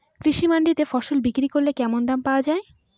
কৃষি মান্ডিতে ফসল বিক্রি করলে কেমন দাম পাওয়া যাবে?